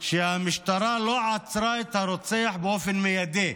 שהמשטרה לא עצרה את הרוצח באופן מיידי.